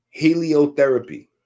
Heliotherapy